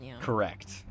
Correct